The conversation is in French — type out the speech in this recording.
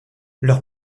leur